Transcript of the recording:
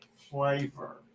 flavor